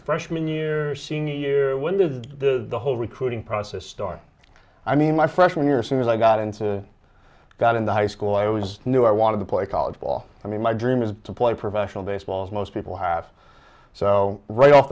freshman year senior year when does the whole recruiting process start i mean my freshman year since i got into got into high school i always knew i wanted to play college ball i mean my dream is to play professional baseball as most people have so right off